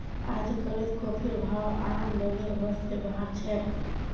अजकालित कॉफीर भाव आम लोगेर बस स बाहर छेक